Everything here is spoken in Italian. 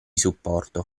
supporto